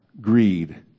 Greed